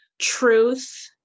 truth